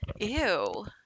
Ew